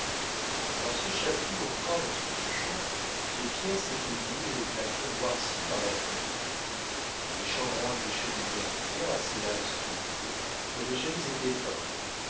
lorsque chapeloud entra dans son logement les pièces étaient nues et les plafonds noircis par la fumée les chambranles des cheminées en pierre assez mal sculptée n'avaient jamais été peints